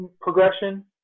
progression